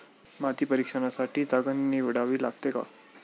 माती परीक्षणासाठी जागा निवडावी लागते का?